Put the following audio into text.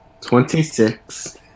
Twenty-six